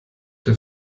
der